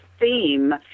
theme